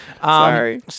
Sorry